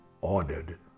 ordered